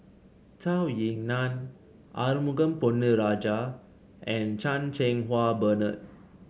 Zhou Ying Nan Arumugam Ponnu Rajah and Chan Cheng Wah Bernard